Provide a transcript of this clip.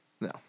no